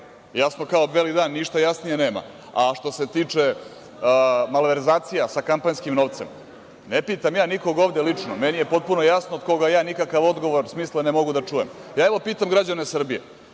Jasno kao beli dan, ništa jasnije nema. Što se tiče malverzacija sa kampanjskim novcem, ne pitam ja ovde nikog lično, meni je potpuno jasno od koga ja nikakav odgovor smislen ne mogu da čujem. Pitam, evo, građane Srbije